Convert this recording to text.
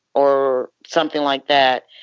or something like that,